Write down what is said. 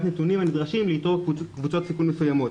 הנתונים הנדרשים לאיתור קבוצות סיכון מסוימות.